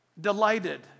delighted